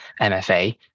mfa